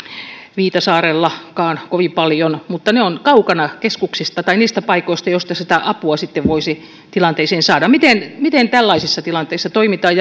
viitasaarellakaan kovin paljon he ovat kaukana keskuksista tai niistä paikoista joista sitä apua sitten voisi tilanteisiin saada miten miten tällaisissa tilanteissa toimitaan